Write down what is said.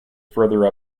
further